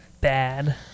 bad